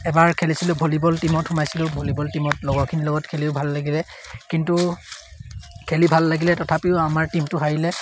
এবাৰ খেলিছিলোঁ ভলীবল টীমত সোমাইছিলোঁ ভলীবল টিমত লগৰখিনিৰ লগত খেলিও ভাল লাগিলে কিন্তু খেলি ভাল লাগিলে তথাপিও আমাৰ টীমটো হাৰিলে